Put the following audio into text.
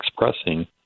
expressing